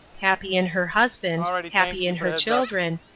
happy in her husband, happy in her children,